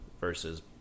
versus